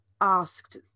asked